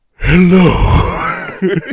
hello